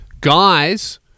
Guys